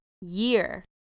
year